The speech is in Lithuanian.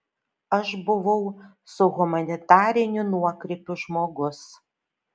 aš buvau su humanitariniu nuokrypiu žmogus